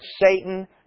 Satan